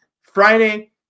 Friday